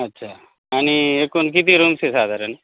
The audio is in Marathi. अच्छा आणि एकूण किती रूम्स आहे साधारण